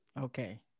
Okay